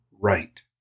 right